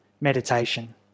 meditation